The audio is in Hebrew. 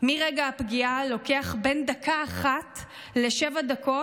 מרגע הפגיעה לוקח בין דקה אחת לשבע דקות